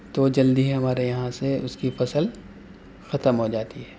تو جلدی ہمارے یہاں سے اس کی فصل ختم ہو جاتی ہے